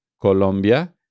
Colombia